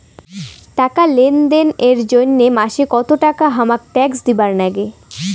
টাকা লেনদেন এর জইন্যে মাসে কত টাকা হামাক ট্যাক্স দিবার নাগে?